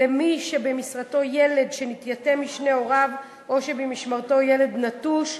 למי שבמשמורתם ילד שנתייתם משני הוריו או שבמשמורתם ילד נטוש,